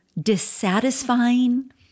dissatisfying